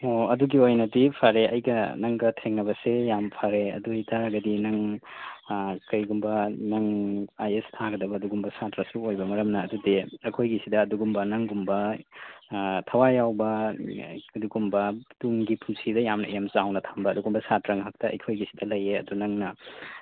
ꯑꯣ ꯑꯗꯨꯒꯤ ꯑꯣꯏꯅꯗꯤ ꯐꯔꯦ ꯑꯩꯒ ꯅꯪꯒ ꯊꯦꯡꯅꯕꯁꯤ ꯌꯥꯝ ꯐꯔꯦ ꯑꯗꯨꯏ ꯇꯥꯔꯗꯤ ꯅꯪ ꯀꯩꯒꯨꯝꯕ ꯅꯪ ꯑꯥꯏ ꯑꯦꯁ ꯊꯥꯒꯗꯕ ꯑꯗꯨꯒꯨꯝꯕ ꯁꯥꯇ꯭ꯔꯁꯨ ꯑꯣꯏꯕ ꯃꯔꯝꯅ ꯑꯗꯨꯗꯤ ꯑꯩꯈꯣꯏꯒꯤꯁꯤꯗ ꯑꯗꯨꯒꯨꯝꯕ ꯅꯪꯒꯨꯝꯕ ꯊꯋꯥꯏ ꯌꯥꯎꯕ ꯑꯗꯨꯒꯨꯝꯕ ꯇꯨꯡꯒꯤ ꯄꯨꯟꯁꯤꯗ ꯌꯥꯝꯅ ꯑꯦꯝ ꯆꯥꯎꯅ ꯊꯝꯕ ꯑꯗꯨꯒꯨꯝꯕ ꯁꯥꯇ꯭ꯔ ꯉꯥꯛꯇ ꯑꯩꯈꯣꯏꯒꯤꯁꯤꯗ ꯂꯩꯑꯦ ꯑꯗꯨ ꯅꯪꯅ